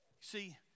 See